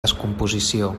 descomposició